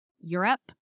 Europe